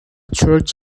church